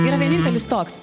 yra vienintelis toks